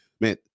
man